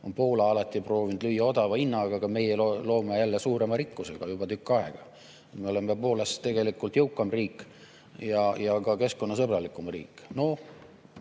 on Poola alati proovinud lüüa odava hinnaga, aga meie lööme jälle suurima rikkusega, juba tükk aega. Me oleme Poolast ju tegelikult jõukam riik ja ka keskkonnasõbralikum riik. No